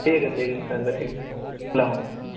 ٹھیک ہے ٹھیک ہے ان شاء اللہ ٹھیک ہے السلام علیکم